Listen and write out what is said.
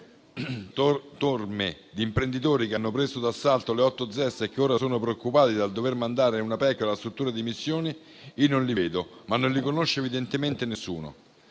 torme di imprenditori che hanno preso d'assalto le otto ZES e che ora sono preoccupati dal dover mandare una PEC alla struttura di missione io non li vedo, ma evidentemente non